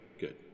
good